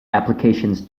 applications